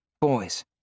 Boys